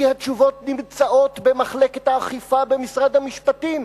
כי התשובות נמצאות במחלקת האכיפה במשרד המשפטים,